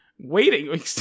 waiting